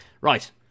Right